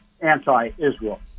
anti-Israel